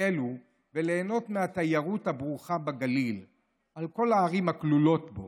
אלו וליהנות מהתיירות הברוכה בגליל על כל הערים הכלולות בו,